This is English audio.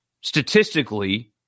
statistically –